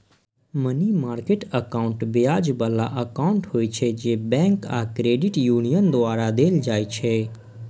money market account ब्याज बला account होइ छै, जे बैंक आ क्रेडिट यूनियन द्वारा देल जाइ छै